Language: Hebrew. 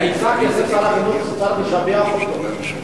שר החינוך, צריך לשבח אותו.